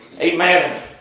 Amen